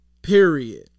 Period